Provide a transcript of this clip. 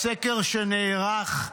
בסקר שנערך,